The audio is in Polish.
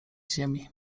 ziemi